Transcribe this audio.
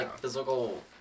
physical